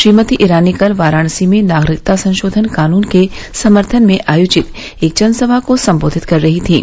श्रीमती ईरानी कल वाराणसी में नागरिकता संशोधन कानून के समर्थन में आयोजित जनसभा को सम्बोधित कर रही थीं